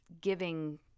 giving